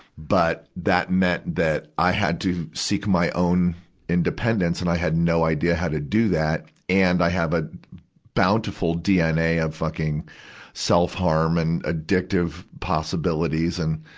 but, that meant that i had to seek my own independence, and i had no idea how to do that. and i have a bountiful dna of fucking self-harm and addictive possibilities and,